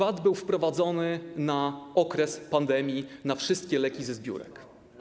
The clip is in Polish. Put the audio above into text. VAT był wprowadzony na okres pandemii na wszystkie leki ze zbiórek.